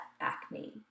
acne